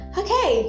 okay